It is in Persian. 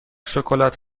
شکلات